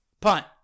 Punt